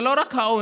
זה לא רק העוני,